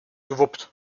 gewuppt